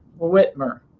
Whitmer